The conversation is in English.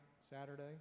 Saturday